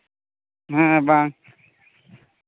ᱦᱮᱸ ᱵᱟᱝ